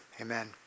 Amen